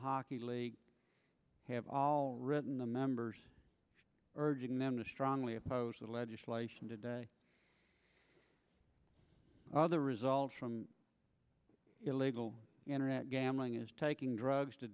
hockey league have all written the members urging them to strongly oppose the legislation today other results from illegal gambling is taking drugs to